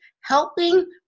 Helping